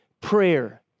prayer